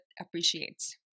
appreciates